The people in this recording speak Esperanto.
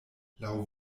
laŭ